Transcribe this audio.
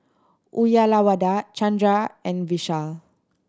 Uyyalawada Chandra and Vishal